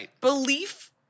belief